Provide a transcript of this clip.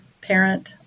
parent